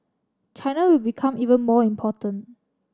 China will become even more important